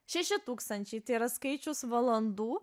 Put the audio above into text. šeši tūkstančiai tai yra skaičius valandų